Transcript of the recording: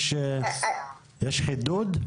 יש חידוד?